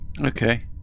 Okay